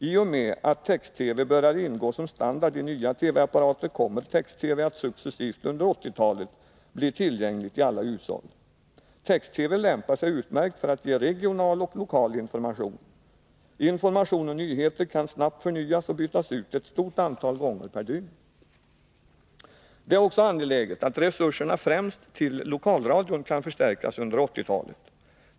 I och med att text-TV börjar ingå som standard i nya TV-apparater kommer text-TV att successivt under 1980-talet bli tillgänglig för alla hushåll. Text-TV lämpar sig utmärkt för att ge regional och lokal information. Information och nyheter kan snabbt förnyas och bytas ut ett stort antal gånger per dygn. Det är också angeläget att resurserna främst till lokalradion kan förstärkas under 1980-talet.